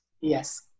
Yes